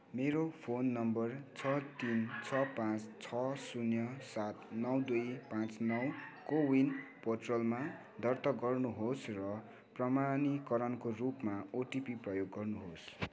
मेरो phone number छ तिन छ पाँच छ शून्य सात नौ दुई पाँच नौ कोवीन पोर्टलमा दर्ता गर्नुहोस् र प्रमाणीकरणको रूपमा ओटिपी प्रयोग गर्नुहोस्